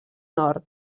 nord